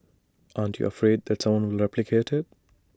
aren't you afraid that someone will replicate IT